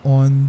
on